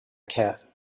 cat